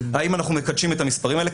האם אנחנו מקדשים את המספרים האלה,